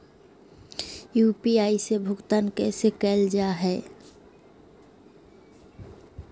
UPI से भुगतान कैसे कैल जहै?